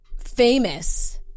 famous